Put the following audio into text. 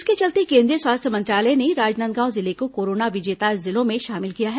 इसके चलते केंद्रीय स्वास्थ्य मंत्रालय ने राजनांदगांव जिले को कोरोना विजेता जिलों में शामिल किया है